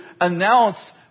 announce